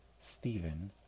Stephen